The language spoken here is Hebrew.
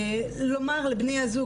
לומר לבני הזוג